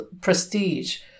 prestige